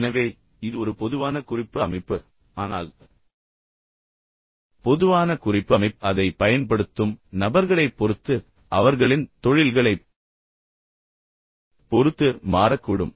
எனவே இது ஒரு பொதுவான குறிப்பு அமைப்பு ஆனால் பொதுவான குறிப்பு அமைப்பு அதை பயன்படுத்தும் நபர்களைப் பொறுத்து அவர்களின் தொழில்களைப் பொறுத்து மாறக்கூடும்